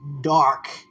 dark